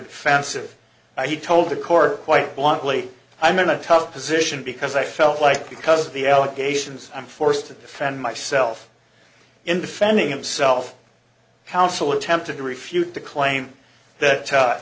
defensive he told the court quite bluntly i'm in a tough position because i felt like because of the allegations i'm forced to defend myself in defending himself counsel attempted to refute the claim that